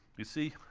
you see,